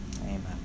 Amen